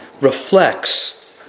reflects